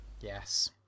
yes